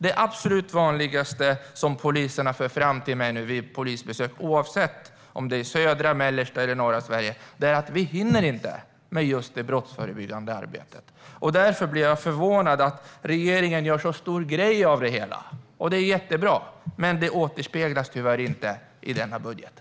Det absolut vanligaste som poliser för fram till mig, oavsett om de befinner sig i södra, mellersta eller norra Sverige, är att de inte hinner med det brottsförebyggande arbetet. Därför blir jag förvånad att regeringen gör en så stor grej av det hela. Det är mycket bra, men det återspeglas tyvärr inte i budgeten.